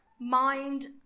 mind